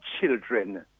children